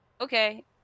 Okay